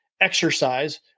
exercise